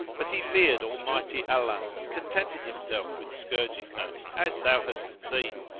but he feared almighty allah and contented himself with scourging her, as thou hast seen,